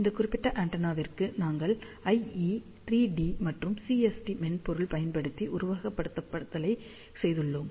இந்த குறிப்பிட்ட ஆண்டெனாவிற்கு நாங்கள் IE3D மற்றும் CST மென்பொருள் பயன்படுத்தி உருவகப்படுத்துதலைச் செய்துள்ளோம்